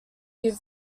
give